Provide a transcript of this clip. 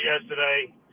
yesterday